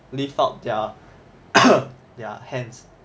lift up their hands